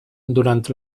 durant